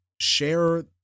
share